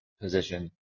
position